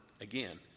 again